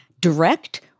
direct